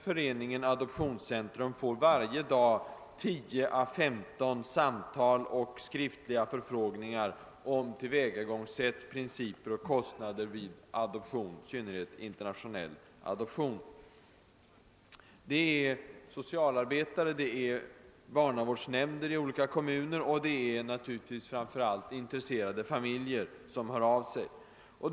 Föreningen Adoptionscentrum får varje dag 10 å 15 samtal och skriftliga förfrågningar om tillvägagångssätt, principer och kostnader vid adoption, i synnerhet internationell adoption. Det är socialarbetare, barnavårdsnämnder i olika kommuner och naturligtvis framför allt intresserade familjer som låter höra av sig.